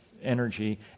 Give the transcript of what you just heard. energy